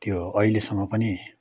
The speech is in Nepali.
त्यो अहिलेसम्म पनि